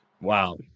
Wow